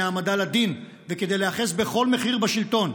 העמדה לדין וכדי להיאחז בכל מחיר בשלטון.